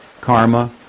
karma